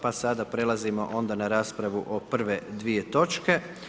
Pa sada predlažemo onda na raspravu prve dvije točke.